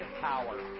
power